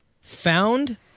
found